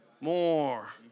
More